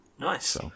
Nice